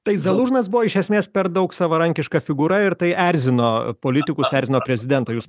tai zalužnas buvo iš esmės per daug savarankiška figūra ir tai erzino politikus erzino prezidentą jūs